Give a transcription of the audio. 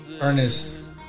Ernest